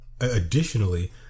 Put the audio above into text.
Additionally